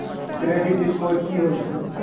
Credit score की होय छै?